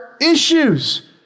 issues